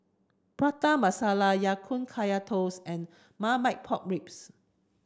Prata Masala Ya Kun Kaya Toast and Marmite Pork Ribs